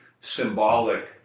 symbolic